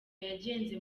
yagenze